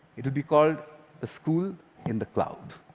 it will be called the school in the cloud.